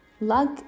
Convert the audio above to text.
Luck